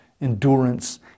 endurance